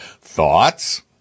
Thoughts